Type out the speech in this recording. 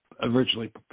originally